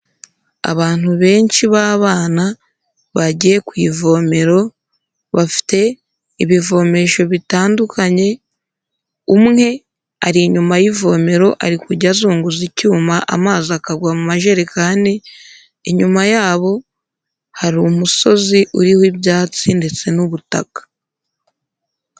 Abantu benshi b'abana bagiye ku ivomero, bafite ibivomesho bitandukanye, umwe ari inyuma y'ivomero ari kujya azunguza icyuma amazi akagwa mu majerekani, inyuma yabo hari umusozi uriho ibyatsi ndetse n'ubutaka.